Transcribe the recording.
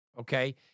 okay